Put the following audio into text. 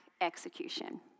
execution